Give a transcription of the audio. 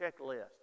checklist